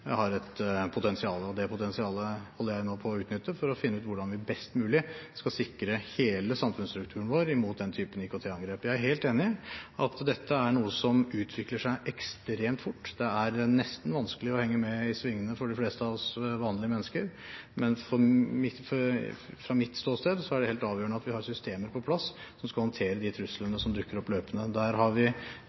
har et potensial. Det potensialet holder jeg nå på å utnytte for å finne ut hvordan vi best mulig skal sikre hele samfunnsstrukturen vår mot den typen IKT-angrep. Jeg er helt enig – dette er noe som utvikler seg ekstremt fort, det er nesten vanskelig å henge med i svingene for de fleste av oss vanlige mennesker. Men fra mitt ståsted er det helt avgjørende at vi har systemer på plass som skal håndtere de truslene som dukker opp løpende. Der har vi